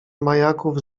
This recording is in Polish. majaków